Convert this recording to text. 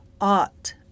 ought